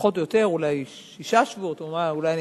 פחות או יותר, אולי שישה שבועות, אולי אני